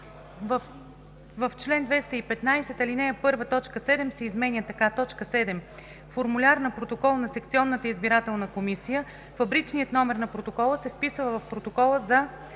В чл. 215, ал. 1, т. 7 се изменя така: „7. формуляр на протокол на секционната избирателна комисия; фабричният номер на протокола се вписва в протокола за